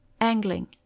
Angling